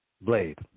blade